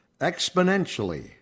exponentially